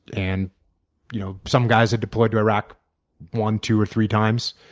and you know some guys had deployed to iraq one, two, or three times.